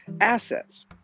assets